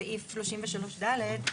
בסעיף 33(ד),